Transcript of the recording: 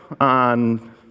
on